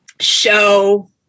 show